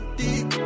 deep